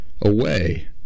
away